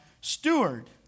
steward